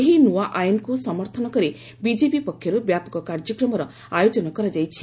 ଏହି ନୂଆ ଆଇନକୁ ସମର୍ଥନ କରି ବିଜେପି ପକ୍ଷରୁ ବ୍ୟାପକ କାର୍ଯ୍ୟକ୍ରମର ଆୟୋଜନ କରାଯାଇଛି